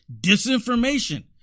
disinformation